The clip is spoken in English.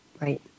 right